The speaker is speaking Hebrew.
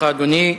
תודה, אדוני.